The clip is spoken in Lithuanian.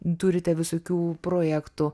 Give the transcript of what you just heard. turite visokių projektų